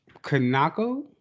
Kanako